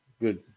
good